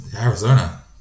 Arizona